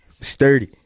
sturdy